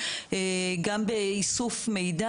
גם באיסוף מידע.